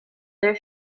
their